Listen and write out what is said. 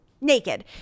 naked